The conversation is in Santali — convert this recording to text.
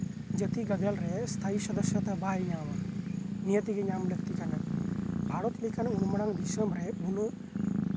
ᱡᱟᱛᱤ ᱜᱟᱫᱮᱞ ᱨᱮ ᱥᱛᱷᱟᱭᱤ ᱥᱚᱫᱚᱥᱥᱚ ᱫᱚ ᱵᱟᱭ ᱧᱟᱢᱟ ᱱᱤᱦᱟᱹᱛ ᱜᱮ ᱧᱟᱢ ᱞᱟᱹᱠᱛᱤ ᱠᱟᱱᱟ ᱵᱷᱟᱨᱚᱛ ᱞᱮᱠᱟᱱ ᱩᱱ ᱢᱟᱨᱟᱝ ᱫᱤᱥᱚᱢ ᱨᱮ ᱩᱱᱟᱹᱜ